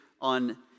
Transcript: on